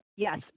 Yes